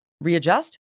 readjust